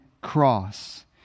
cross